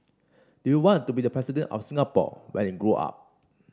do you want to be the President of Singapore when you grow up